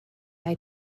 eye